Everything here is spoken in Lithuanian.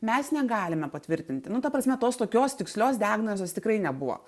mes negalime patvirtinti nu ta prasme tos tokios tikslios diagnozės tikrai nebuvo